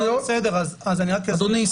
רק אדוני,